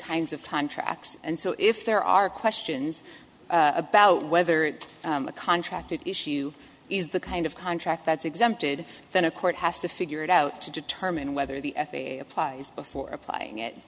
kinds of contracts and so if there are questions about whether a contract issue is the kind of contract that's exempted then a court has to figure it out to determine whether the f a a applies before applying it